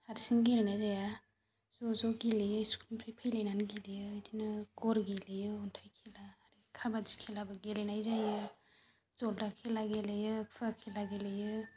हारसिं गेलेनाय जाया ज' ज' गेलेयो स्कुलनिफ्राय फैलायनानै गेलेयो बिदिनो गर गेलेयो अन्थाइ खेला आरि काबाडि खेलाबो गेलेनाय जायो जल्दा खेला गेलेयो खुवा खेला गेलेयो